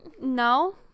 No